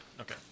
Okay